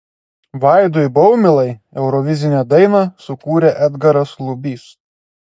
vaidui baumilai eurovizinę dainą sukūrė edgaras lubys